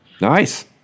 Nice